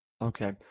Okay